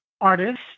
artist